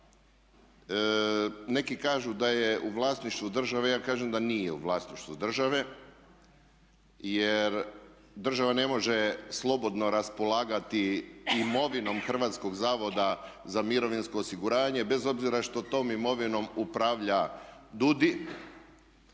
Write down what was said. neki kažu da je u vlasništvu države, ja kažem da nije u vlasništvu države jer država ne može slobodno raspolagati imovinom HZMO-a bez obzira što tom imovinom upravlja DUUDI